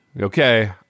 Okay